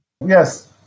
Yes